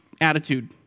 attitude